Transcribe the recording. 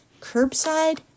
curbside